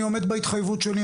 אני עומד בהתחייבות שלי,